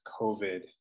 COVID